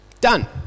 Done